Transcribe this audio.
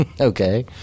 Okay